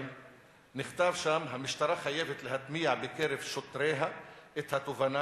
נכתב: המשטרה חייבת להטמיע בקרב שוטריה את התובנה,